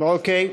אוקיי.